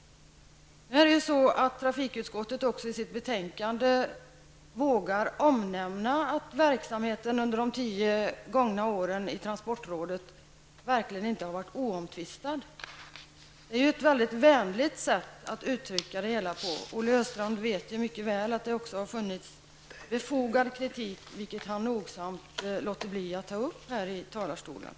Nu är det så att trafikutskottet i sitt betänkande vågar omnämna att verksamheten under de tio gångna åren i transportrådet verkligen inte har varit oomtvistad. Det är ett vänligt sätt att uttrycka det hela. Olle Östrand vet mycket väl att det också har funnits befogad kritik, vilket han nogsamt låter bli att ta upp här i talarstolen.